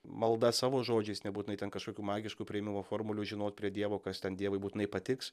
malda savo žodžiais nebūtinai ten kažkokių magiškų priėmimo formulių žinot prie dievo kas ten dievui būtinai patiks